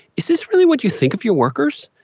is this really what you think of your workers?